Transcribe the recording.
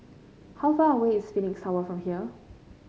how far away is Phoenix Tower from here